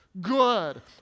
good